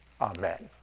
Amen